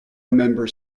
remember